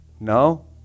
No